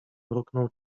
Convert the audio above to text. mruknął